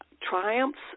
triumphs